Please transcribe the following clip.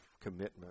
commitment